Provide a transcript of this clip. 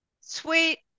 Sweet